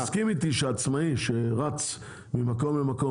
אתה מסכים איתי שעצמאי שרץ ממקום למקום,